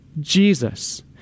Jesus